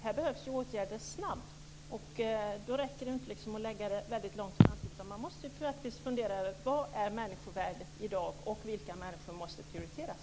Här behövs åtgärder snabbt, och det räcker inte att sätta in dem långt fram i tiden. Man måste naturligtvis fundera över vilket människovärdet är i dag. Vilka människor ska prioriteras?